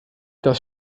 das